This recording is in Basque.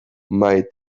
mahai